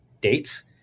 dates